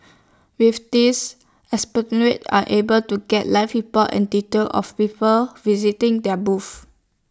with this are able to get live report and detail of people visiting their booths